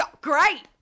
Great